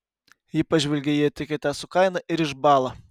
ji pažvelgia į etiketę su kaina ir išbąla